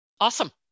Awesome